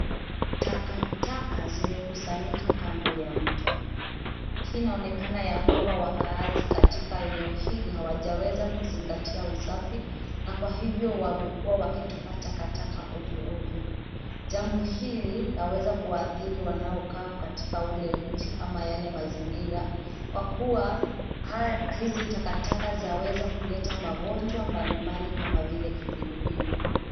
Takataka zimekusanyika kando ya mto. Hii inaonekana ya kwamba wakaaji katika eneo hili hawajaweza kuzingatia usafi na kwa hivyo wamekuwa wakitupa takataka ovyo ovyo. Jambo hili laweza kuwaathiri wanaokaa katika ule mji ama yale mazingira kwa kuwa hizi takataka zaweza kuleta magonjwa mbalimbali kama vile kipindupindu.